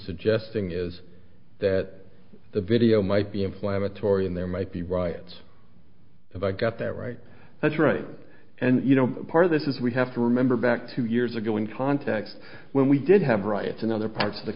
suggesting is that the video might be inflammatory and there might be riots if i got that right that's right and you know part of this is we have to remember back two years ago in context when we did have riots in other parts of the